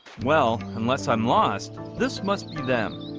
well unless i'm lost this must be them,